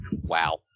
Wow